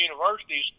universities